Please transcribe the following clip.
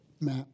Matt